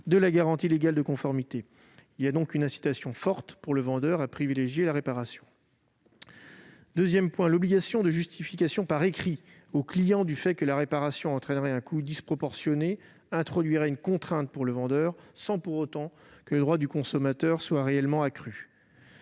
de la garantie légale de conformité. Le vendeur est donc fortement incité à privilégier la réparation. Deuxièmement, l'obligation de justification par écrit au client du fait que la réparation entraînerait un coût disproportionné introduirait une contrainte pour le vendeur, sans, pour autant, que le droit du consommateur soit réellement accru.